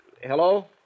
Hello